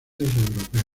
europeos